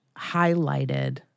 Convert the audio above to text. highlighted